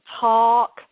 talk